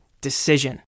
decision